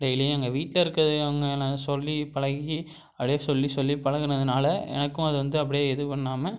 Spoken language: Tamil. டெய்லியும் எங்கள் வீட்டில் இருக்கிறவுங்க என்ன சொல்லி பழகி அப்படியே சொல்லி சொல்லி பழகுனதுனால எனக்கும் அது வந்து அப்படியே இது பண்ணாமல்